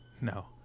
No